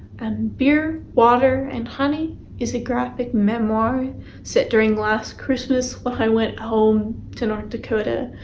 beer, water, and honey is a graphic memoir set during last christmas, when i went home to north dakota.